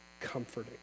comforting